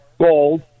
gold